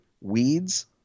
weeds